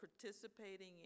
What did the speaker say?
participating